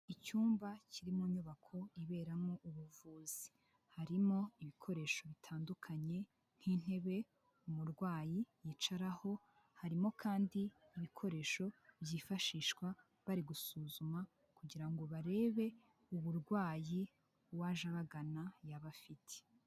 Icyumba kirimo inyubako iberamo ubuvuzi, harimo ibikoresho bitandukanye nk'intebe umurwayi yicaraho, harimo kandi ibikoresho byifashishwa bari gusuzuma, kugira ngo barebe uburwayi uwaje abagana yaba afite.